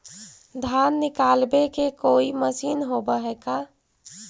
धान निकालबे के कोई मशीन होब है का?